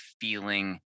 feeling